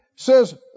says